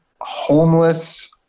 homeless